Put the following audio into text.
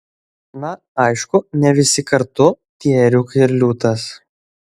na aišku ne visi kartu tie ėriukai ir liūtas